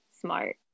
smart